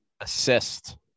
assist